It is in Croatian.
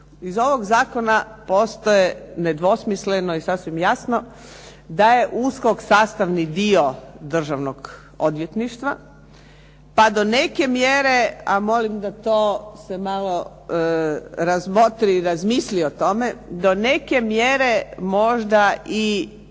Iz ovoga zakona postaje nedvosmisleno i sasvim jasno da je USKOK sastavni dio Državnog odvjetništva, pa do neke mjere, a molim da to se malo razmotri i razmisli o tome, do neke mjere možda i